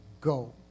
go